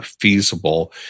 feasible